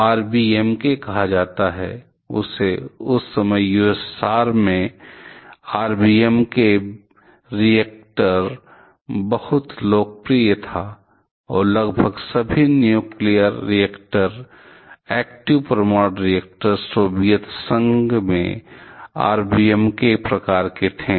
तो LWGR या RBMK कहा जाता है उस समय यूएसएसआर में आरबीएमके रिएक्टर बेहद लोकप्रिय हैं और लगभग सभी न्यूक्लियर रिएक्टर एक्टिव परमाणु रिएक्टर सोवियत संघ में आरबीएमके प्रकार के थे